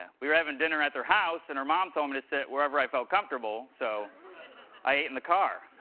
yeah we were having dinner at their house, and her mom told me to sit wherever i felt comfortable, so i ate in the car.